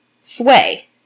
sway